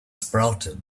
sprouted